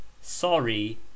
sorry